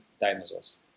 dinosaurs